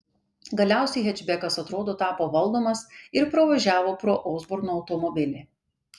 galiausiai hečbekas atrodo tapo valdomas ir pravažiavo pro osborno automobilį